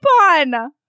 on